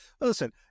Listen